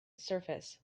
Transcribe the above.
surface